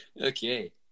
Okay